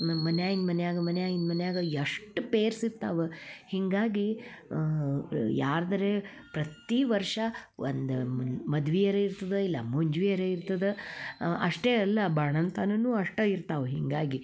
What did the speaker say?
ನಮ್ಮ ಮನ್ಯಾಗಿನ ಮನೆಯಾಗ ಮನ್ಯಾಗಿನ ಮನೆಯಾಗ ಎಷ್ಟು ಪೇರ್ಸ್ ಇರ್ತಾವೆ ಹೀಗಾಗಿ ಯಾರ್ದರೂ ಪ್ರತಿ ವರ್ಷ ಒಂದು ಮದ್ವೆ ಅರೆ ಇರ್ತದೆ ಇಲ್ಲ ಮುಂಜಿವೆ ಅರೆ ಇರ್ತದೆ ಅಷ್ಟೇ ಅಲ್ಲ ಬಾಣಂತನವೂ ಅಷ್ಟೇ ಇರ್ತಾವೆ ಹೀಗಾಗಿ